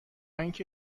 اینکه